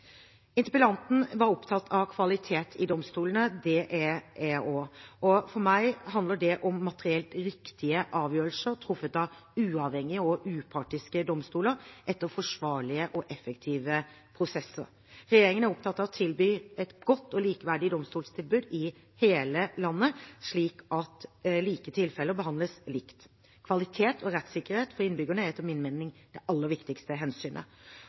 Interpellanten var opptatt av kvalitet i domstolene. Det er jeg også. For meg handler det om materielt riktige avgjørelser truffet av uavhengige og upartiske domstoler etter forsvarlige og effektive prosesser. Regjeringen er opptatt av å tilby et godt og likeverdig domstoltilbud i hele landet, slik at like tilfeller behandles likt. Kvalitet og rettssikkerhet for innbyggerne er etter min mening det aller viktigste hensynet.